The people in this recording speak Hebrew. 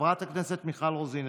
חברת הכנסת מיכל רוזין,